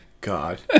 God